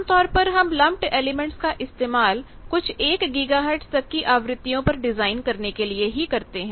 आम तौर पर हम लम्पड एलिमेंट्स का इस्तेमाल कुछ 1 गीगाहर्टज तक की आवृत्तियों पर डिजाइन करने के लिए ही करते हैं